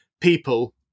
people